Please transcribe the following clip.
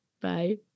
Bye